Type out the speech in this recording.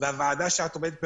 והוועדה שאת עומדת בראשה,